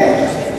כן.